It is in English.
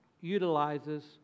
utilizes